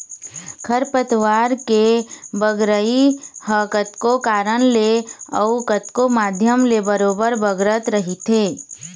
खरपतवार के बगरई ह कतको कारन ले अउ कतको माध्यम ले बरोबर बगरत रहिथे